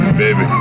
baby